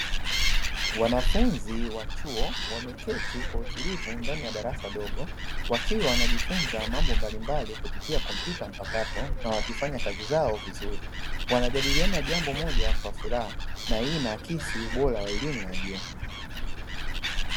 Wanafunzi wa chuo wameketi kwa utulivu ndani ya darasa dogo, wakiwa wanajifunza mambo mbalimbali kupitia kompyuta mpakato na wakifanya kazi zao vizuri. Wanajadiliana jambo moja kwa furaha na hii inaakisi ubora wa elimu ya juu.